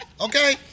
Okay